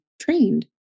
trained